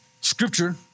scripture